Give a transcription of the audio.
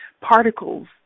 particles